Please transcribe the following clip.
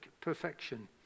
perfection